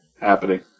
happening